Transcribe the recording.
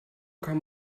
kann